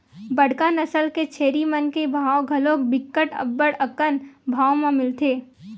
बड़का नसल के छेरी मन के भाव घलोक बिकट अब्बड़ अकन भाव म मिलथे